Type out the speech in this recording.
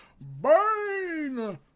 Burn